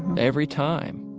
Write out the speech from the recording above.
every time